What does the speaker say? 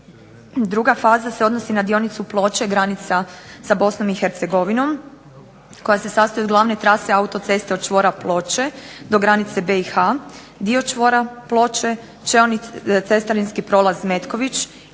Druga faza se odnosi na dionicu Ploče-granica sa BiH koja se sastoji od glavne trase autocesta od čvora Ploče do granica BiH. Dio čvora Ploče cestarinski prolaz Metković